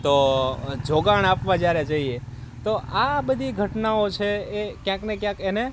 તો જોગાણ આપવા જ્યારે જઈએ તો આ બધી ઘટનાઓ છે એ ક્યાંકને ક્યાંક એને